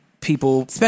people